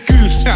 Goose